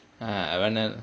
ah வேணா:venaa